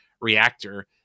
reactor